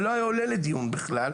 בכלל.